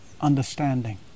understanding